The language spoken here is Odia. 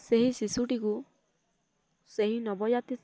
ସେହି ଶିଶୁଟିକୁ ସେହି ନବଜାତ